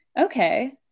Okay